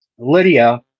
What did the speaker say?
lydia